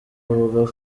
avuga